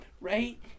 right